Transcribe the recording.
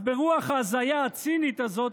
אז ברוח ההזיה הצינית הזאת,